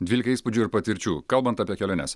dvylika įspūdžių ir patirčių kalbant apie keliones